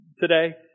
Today